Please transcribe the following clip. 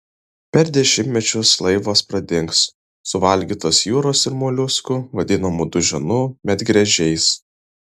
per dešimtmečius laivas pradings suvalgytas jūros ir moliuskų vadinamų duženų medgręžiais